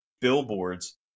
billboards